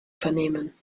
vernehmen